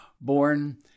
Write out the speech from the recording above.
born